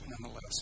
nonetheless